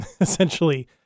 essentially